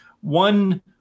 One